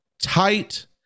Tight